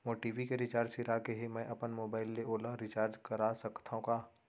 मोर TV के recharge सिरा गे हे, मैं अपन मोबाइल ले ओला रिचार्ज करा सकथव का?